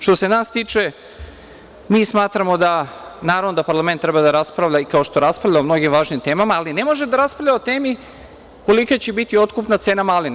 Što se nas tiče mi smatramo da parlament treba da raspravlja i kao što raspravlja o mnogim važnim temama, ali ne može da raspravlja o temi kolika će biti otkupna cena malina.